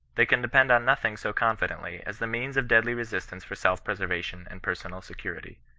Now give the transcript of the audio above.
they can depend on nothing so confidently as the means of deadly resistance for self-preservation and personal security.